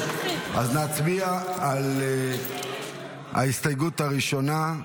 נצביע על ההסתייגות הראשונה,